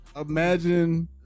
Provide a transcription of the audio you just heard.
imagine